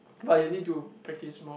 but you need to practise more